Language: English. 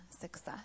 success